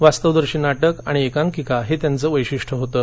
वास्तवदर्शी नाटक आणि एकांकिका हे त्यांचं वैशिष्ट्य होतं